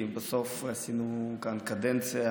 כי בסוף כשרים עשינו כאן קדנציה,